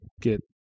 get